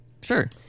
Sure